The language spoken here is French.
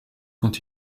quand